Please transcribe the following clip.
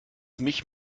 mich